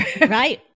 Right